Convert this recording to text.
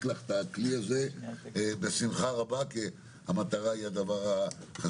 לך את הכלי הזה בשמחה רבה כי המטרה היא הדבר החשוב.